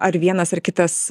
ar vienas ar kitas